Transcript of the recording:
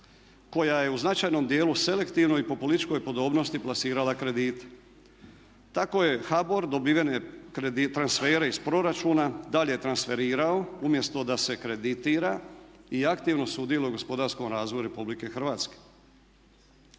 koja je u značajnom dijelu, selektivno i po političkoj podobnosti plasirala kredite. Tako je HBOR dobivene transfere iz proračuna dalje transferirao umjesto da se kreditira i aktivno sudjeluje u gospodarskom razvoju Republike Hrvatske.